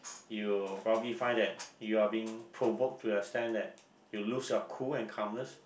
you will probably find that you're being provoked to the extent that you lose your cool and calmness